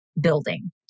building